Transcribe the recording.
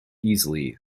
easily